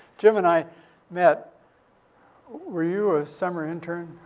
jim and i met were you a summer intern?